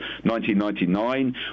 1999